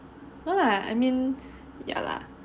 no lah I mean ya lah